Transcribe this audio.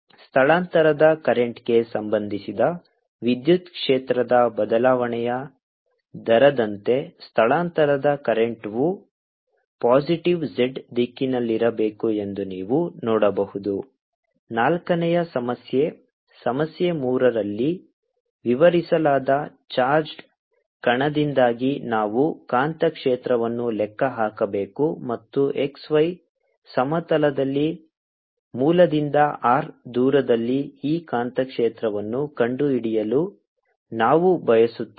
ಸ್ಥಳಾಂತರದ ಕರೆಂಟ್ಕ್ಕೆ ಸಂಬಂಧಿಸಿದ ವಿದ್ಯುತ್ ಕ್ಷೇತ್ರದ ಬದಲಾವಣೆಯ ದರದಂತೆ ಸ್ಥಳಾಂತರದ ಕರೆಂಟ್ವು ಪಾಸಿಟಿವ್ z ದಿಕ್ಕಿನಲ್ಲಿರಬೇಕು ಎಂದು ನೀವು ನೋಡಬಹುದು ನಾಲ್ಕನೆಯ ಸಮಸ್ಯೆ ಸಮಸ್ಯೆ ಮೂರರಲ್ಲಿ ವಿವರಿಸಲಾದ ಚಾರ್ಜ್ಡ್ ಕಣದಿಂದಾಗಿ ನಾವು ಕಾಂತಕ್ಷೇತ್ರವನ್ನು ಲೆಕ್ಕ ಹಾಕಬೇಕು ಮತ್ತು x y ಸಮತಲದಲ್ಲಿ ಮೂಲದಿಂದ r ದೂರದಲ್ಲಿ ಈ ಕಾಂತಕ್ಷೇತ್ರವನ್ನು ಕಂಡುಹಿಡಿಯಲು ನಾವು ಬಯಸುತ್ತೇವೆ